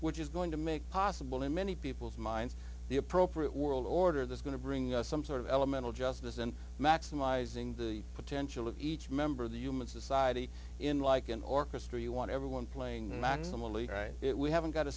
which is going to make possible in many people's minds the appropriate world order that's going to bring us some sort of elemental justice and maximizing the potential of each member of the human society in like an orchestra you want everyone playing the maximally right it we haven't got a